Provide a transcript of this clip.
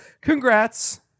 Congrats